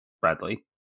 Bradley